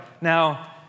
Now